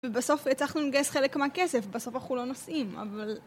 ובסוף הצלחנו לגייס חלק מהכסף, בסוף אנחנו לא נוסעים, אבל...